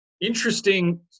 interesting